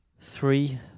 three